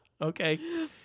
okay